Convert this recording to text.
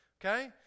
okay